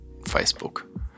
Facebook